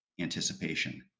anticipation